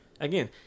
again